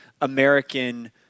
American